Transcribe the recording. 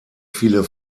viele